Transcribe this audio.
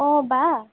অঁ বা